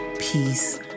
peace